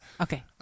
Okay